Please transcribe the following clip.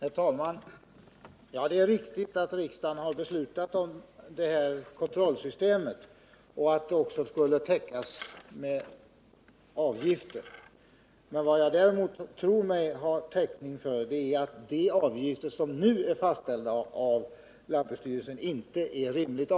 Försurningen av mark och vatten framstår som ett av de mest allvarliga miljöproblemen i vår tid. Effekter och konsekvenser har studerats i en lång rad olika sammanhang. Av särskilt intresse är den gemensamma utvärdering av försurningen som gjorts av länsstyrelserna och fiskenämnderna inom S,T, Uoch W län.